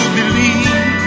believe